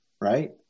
right